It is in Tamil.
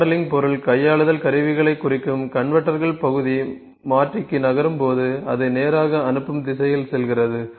மாடலிங் பொருள் கையாளுதல் கருவிகளைக் குறிக்கும் கன்வெர்ட்டர்கள் பகுதி மாற்றிக்கு நகரும் போது அது நேராக அனுப்பும் திசையில் செல்கிறது